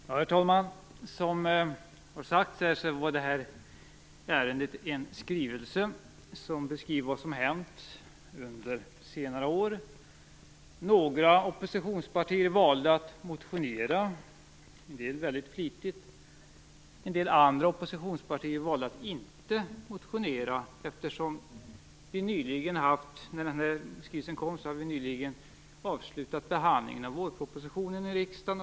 Herr talman! Det här ärendet gäller alltså en skrivelse som beskriver vad som har hänt under senare år. Några oppositionspartier valde att motionera, en del väldigt flitigt, andra valde att inte motionera alls eftersom vi, när denna skrivelse kom, nyligen hade avslutat behandlingen av vårpropositionen i riksdagen.